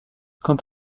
quant